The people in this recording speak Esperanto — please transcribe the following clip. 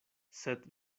sed